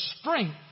strength